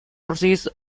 sources